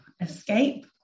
escape